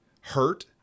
hurt